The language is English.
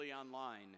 online